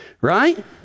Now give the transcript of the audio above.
right